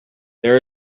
there